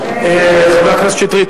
חבר הכנסת שטרית,